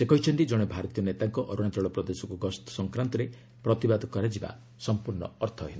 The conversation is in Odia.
ସେ କହିଛନ୍ତି ଜଣେ ଭାରତୀୟ ନେତାଙ୍କ ଅରୁଣାଚଳ ପ୍ରଦେଶକୁ ଗସ୍ତ ସଂକ୍ରାନ୍ତରେ ପ୍ରତିବାଦ କରାଯିବା ଅର୍ଥହୀନ